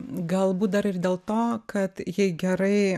galbūt dar ir dėl to kad jei gerai